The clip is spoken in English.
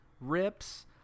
Rips